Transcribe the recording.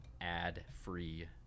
ad-free